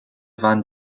van